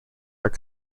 are